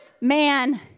man